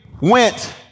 went